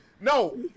No